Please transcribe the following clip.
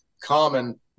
common